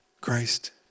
Christ